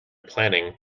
planning